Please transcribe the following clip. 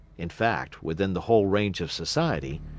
in fact within the whole range of society,